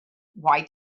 why